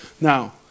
Now